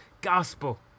gospel